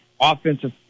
offensive